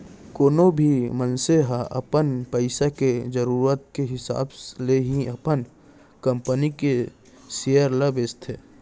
कोनो भी मनसे ह अपन पइसा के जरूरत के हिसाब ले ही अपन कंपनी के सेयर ल बेचथे